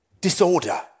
Disorder